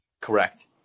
Correct